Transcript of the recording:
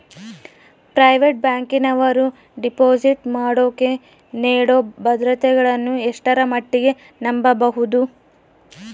Private ಬ್ಯಾಂಕಿನವರು deposit ಮಾಡೋಕೆ ನೇಡೋ ಭದ್ರತೆಗಳನ್ನು ಎಷ್ಟರ ಮಟ್ಟಿಗೆ ನಂಬಬಹುದು?